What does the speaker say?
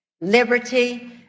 liberty